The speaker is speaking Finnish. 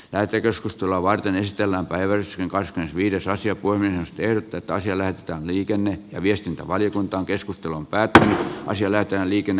lähetekeskustelua varten nesteellä on päiväys jonka viides asia kuin ehtinyt ottaa sillä että liikenne ja viestintävaliokuntaan